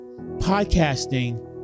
Podcasting